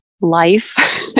life